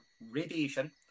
radiation